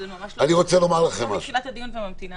זה יהיה הדיון, ויהיה פתוח מאפס.